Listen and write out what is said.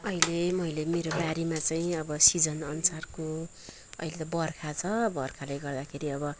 अहिले मैले मेरो बारीमा चाहिँ अब सिजन अनुसारको अहिले त बर्खा छ बर्खाले गर्दाखेरि अब